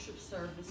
service